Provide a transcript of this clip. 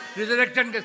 resurrection